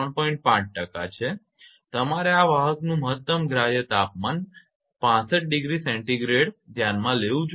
5 છે તમારે આ વાહકનું મહત્તમ ગ્રાહય તાપમાન 65°𝐶 ધ્યાનમાં લેવું જોઈએ